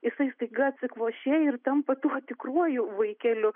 jisai staiga atsikvošėja ir tampa tuo tikruoju vaikeliu